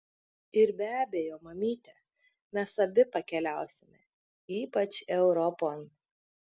ir be abejo mamyte mes abi pakeliausime ypač europon